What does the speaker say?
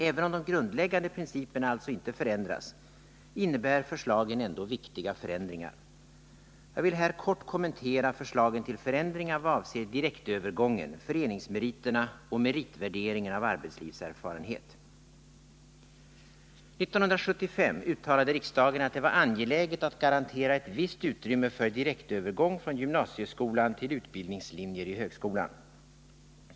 Även om de grundläggande principerna alltså inte förändras, innebär förslagen viktiga förändringar. Jag vill här kort kommentera förslagen till förändringar i vad avser direktövergången, föreningsmeriterna och meritvärderingen av arbetslivserfarenhet. År 1975 uttalade riksdagen att det var angeläget att garantera ett visst utrymme för direktövergång från gymnasieskolan till utbildningslinjer vid högskolan.